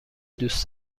دوست